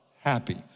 happy